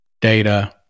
data